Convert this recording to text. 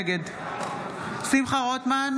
נגד שמחה רוטמן,